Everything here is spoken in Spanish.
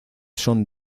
son